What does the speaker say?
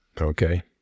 Okay